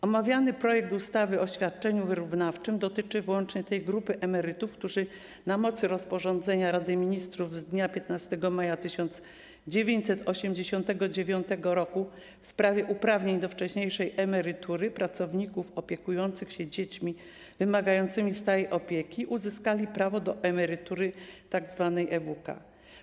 Omawiany projekt ustawy o świadczeniu wyrównawczym dotyczy wyłącznie tej grupy emerytów, którzy na mocy rozporządzenia Rady Ministrów z dnia 15 maja 1989 r. w sprawie uprawnień do wcześniejszej emerytury pracowników opiekujących się dziećmi wymagającymi stałej opieki uzyskali prawo do tzw. emerytury EWK.